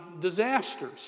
disasters